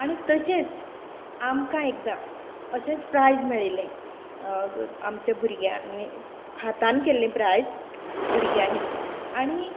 आनी तशेंच आमकां एकदा अशेंच प्रायज मेळिल्लें आमच्या भुरग्यांनी हातांत केल्लें प्रायज भुरग्यांनी आणी